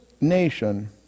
nation